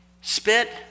Spit